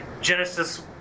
Genesis